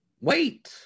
Wait